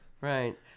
Right